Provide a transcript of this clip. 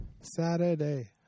Saturday